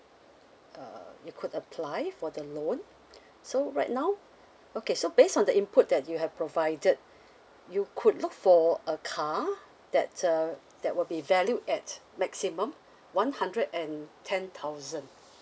uh you could apply for the loan so right now okay so based on the input that you have provided you could look for a car that uh that will be valued at maximum one hundred and ten thousand